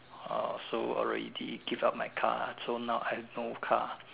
orh so already give up my car so now I have no car